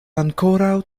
ankoraŭ